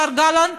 השר גלנט?